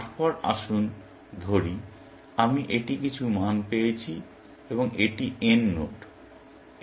তারপর আসুন ধরি আমি এটি কিছু মান পেয়েছি এবং এটি n নোড এটি একটি নোড n